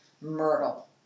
Myrtle